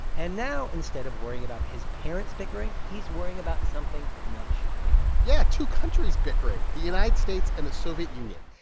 and now, instead of worrying about his parents bickering, he's worrying about something much bigger yeah, two countries bickering the united states and the soviet union.